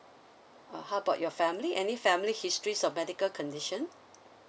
uh how about your family any family history of medical condition